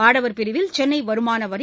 ஆடவர் பிரிவில் சென்னை வருமானவரி